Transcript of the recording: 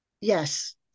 Yes